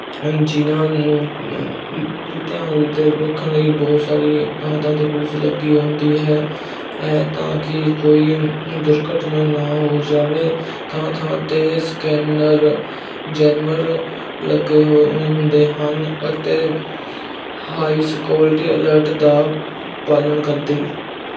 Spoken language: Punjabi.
ਜਿਹਨਾਂ ਨੂੰ ਧਿਆਨ ਦੇ ਰੱਖਣ ਲਈ ਬਹੁਤ ਸਾਰੀ ਥਾਂ ਥਾਂ 'ਤੇ ਪੁਲਿਸ ਲੱਗੀ ਹੁੰਦੀ ਹੈ ਤਾਂ ਕਿ ਕੋਈ ਦੁਰਘਟਨਾ ਨਾ ਹੋ ਜਾਵੇ ਥਾਂ ਥਾਂ 'ਤੇ ਸਕੈਨਰ ਜੈਮਰ ਲੱਗੇ ਹੋਏ ਹੁੰਦੇ ਹਨ ਅਤੇ ਹਾਈ ਸਕੋਲਟੀ ਅਲਰਟ ਦਾ ਪਾਲਣ ਕਰਦੀ